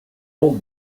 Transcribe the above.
all